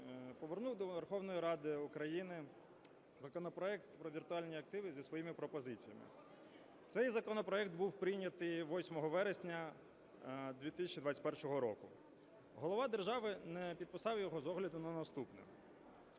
повернув до Верховної Ради України законопроект про віртуальні активи зі своїми пропозиціями. Цей законопроект був прийнятий 8 вересня 2021 року. Глава держави не підписав його з огляду на наступне.